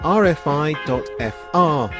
rfi.fr